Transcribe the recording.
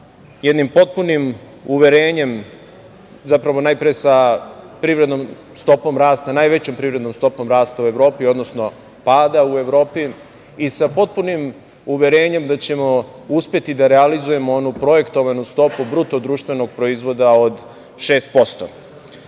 jednim potpunim uverenjem, zapravo najpre sa privrednom stopom rasta, najvećom privrednom stopom rasta u Evropi, odnosno pada u Evropi i sa potpunim uverenjem da ćemo uspeti da realizujemo onu projektovanu stopu BDP od 6%.Period sa